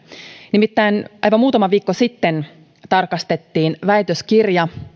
nimittäin aivan muutama viikko sitten tarkastettiin väitöskirja